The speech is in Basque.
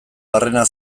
barrena